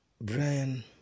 Brian